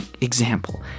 example